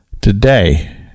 today